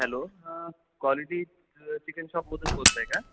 hello हां quality chicken शॉपमधून बोलताय का